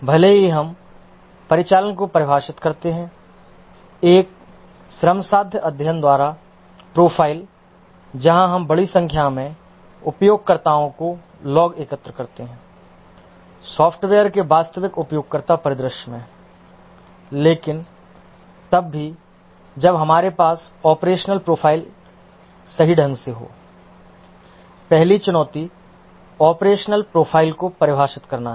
भले ही हम परिचालन को परिभाषित करते हैं एक श्रमसाध्य अध्ययन द्वारा प्रोफाइल जहां हम बड़ी संख्या में उपयोगकर्ताओं को लॉग एकत्र करते हैं सॉफ्टवेयर के वास्तविक उपयोगकर्ता परिदृश्य में लेकिन तब भी जब हमारे पास ऑपरेशनल प्रोफाइल सही ढंग से हो पहली चुनौती ऑपरेशनल प्रोफाइल को परिभाषित करना है